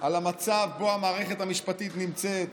לפנים משורת הדין.